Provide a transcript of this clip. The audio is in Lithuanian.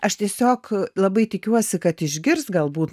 aš tiesiog labai tikiuosi kad išgirst galbūt